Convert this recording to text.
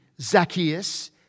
Zacchaeus